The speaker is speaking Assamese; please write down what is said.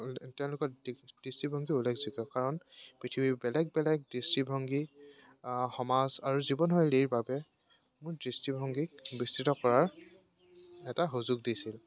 তেওঁলোকৰ দৃষ্টিভংগী উল্লেখযোগ্য কাৰণ পৃথিৱীৰ বেলেগ বেলেগ দৃষ্টিভংগী সমাজ আৰু জীৱনশৈলীৰ বাবে মোৰ দৃষ্টিভংগীক বিস্তৃত কৰাৰ এটা সুযোগ দিছিল